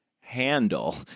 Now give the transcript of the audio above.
handle